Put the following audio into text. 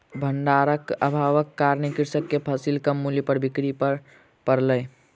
भण्डारक अभावक कारणेँ कृषक के फसिल कम मूल्य पर बिक्री कर पड़लै